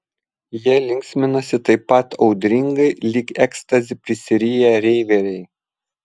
jie linksminasi taip pat audringai lyg ekstazi prisiriję reiveriai